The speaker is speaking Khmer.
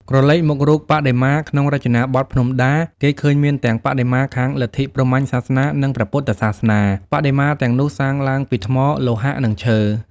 ក្រឡេកមករូបបដិមាក្នុងរចនាបថភ្នំដា គេឃើញមានទាំងបដិមាខាង លទ្ធិព្រហ្មញ្ញសាសនា និង ព្រះពុទ្ធសាសនា បដិមាទាំងនោះសាងឡើងពី ថ្ម លោហៈ និងឈើ។